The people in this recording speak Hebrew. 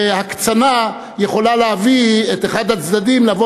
שהקצנה יכולה להביא את אחד הצדדים לבוא